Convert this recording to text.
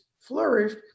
flourished